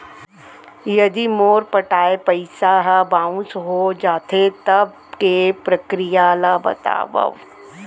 यदि मोर पटाय पइसा ह बाउंस हो जाथे, तब के प्रक्रिया ला बतावव